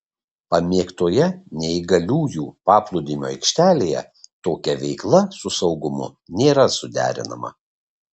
pamėgtoje neįgaliųjų paplūdimio aikštelėje tokia veikla su saugumu nėra suderinama